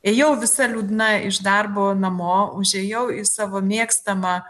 ėjau visa liūdna iš darbo namo užėjau į savo mėgstamą